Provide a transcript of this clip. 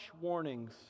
warnings